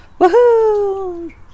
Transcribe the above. Woohoo